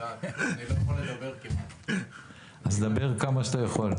ומוקלט ואני לא יכול לדבר --- אז דבר כמה שאתה יכול.